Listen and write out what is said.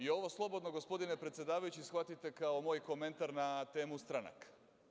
Ovo slobodno, gospodine predsedavajući shvatite kao moj komentar na temu stranaka.